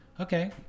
okay